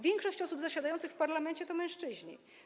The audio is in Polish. Większość osób zasiadających w parlamencie to mężczyźni.